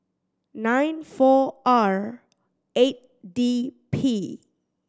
nine four R eight D P